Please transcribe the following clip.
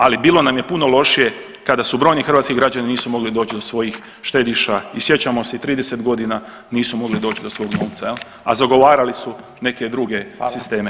Ali bilo nam je puno lošije kada su brojni hrvatski građani nisu mogli doći do svojih štediša i sjećamo se i 30 godina nisu mogli doći do svog novca, a zagovarali su neke druge sisteme.